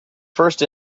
first